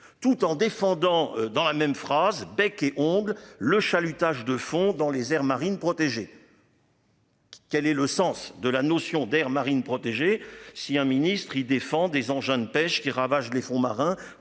tout en défendant dans la même phrase bec et ongles le chalutage de fond dans les aires marines protégées. Quel est le sens de la notion d'aires marines protégées, si un ministre il défend des engins de pêche qui ravage les fonds marins